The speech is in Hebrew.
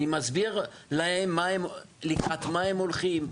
אני מסביר להם לקראת מה הם הולכים.